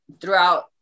throughout